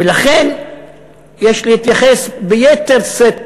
ולכן יש להתייחס ביתר שאת,